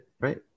right